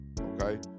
Okay